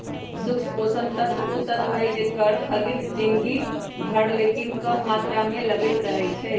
सूक्ष्म पोषक तत्व उ तत्व हइ जेकर खग्गित जिनगी भर लेकिन कम मात्र में लगइत रहै छइ